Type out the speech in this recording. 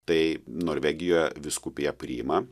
tai norvegijoje vyskupija priima